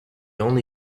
only